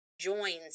joins